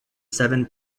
seven